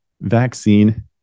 vaccine